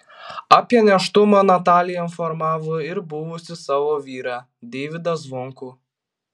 apie nėštumą natalija informavo ir buvusį savo vyrą deivydą zvonkų